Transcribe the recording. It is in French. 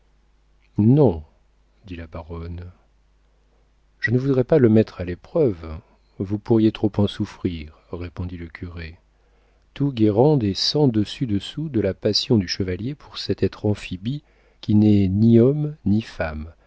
non dit la baronne je ne voudrais pas le mettre à l'épreuve vous pourriez trop en souffrir répondit le curé tout guérande est sens dessus dessous de la passion du chevalier pour cet être amphibie qui n'est ni homme ni femme